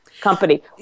company